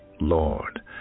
Lord